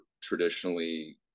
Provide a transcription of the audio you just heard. traditionally